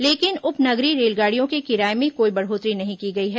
लेकिन उप नगरीय रेलगाड़ियों के किराये में कोई बढ़ोतरी नहीं की गई है